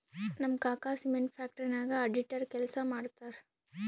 ನಮ್ ಕಾಕಾ cement factory ನಾಗ್ ಅಡಿಟರ್ ಕೆಲ್ಸಾ ಮಾಡ್ತಾರ್